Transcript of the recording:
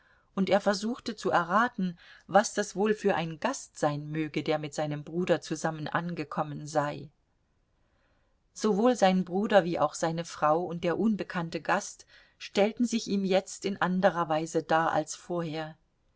und er versuchte zu erraten was das wohl für ein gast sein möge der mit seinem bruder zusammen angekommen sei sowohl sein bruder wie auch seine frau und der unbekannte gast stellten sich ihm jetzt in anderer weise dar als vorher